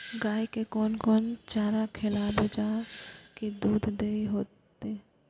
गाय के कोन कोन चारा खिलाबे जा की दूध जादे होते?